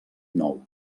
nou